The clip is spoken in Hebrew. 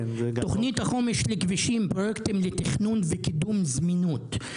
תכנית החומש לכבישים פרויקטים לתכנון וקידום זמינות.